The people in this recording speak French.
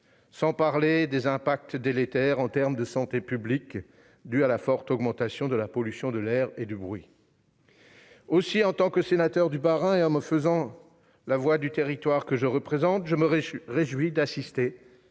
même parler des effets délétères pour la santé publique dus à la forte augmentation de la pollution de l'air et du bruit. Aussi, en tant que sénateur du Bas-Rhin, et me faisant la voix du territoire que je représente, je me réjouis d'assister